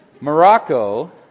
Morocco